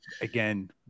again